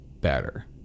better